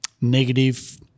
negative